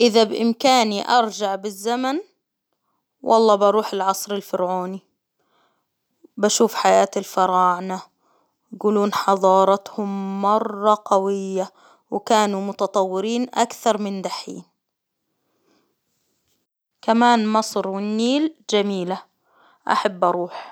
إذا بإمكاني أرجع بالزمن والله بروح العصر الفرعوني، بشوف حياة الفراعنة، يقولون حظارتهم مرة قوية، وكانوا متطورين أكثر من دحين، كمان مصر والنيل جميلة أحب أروح.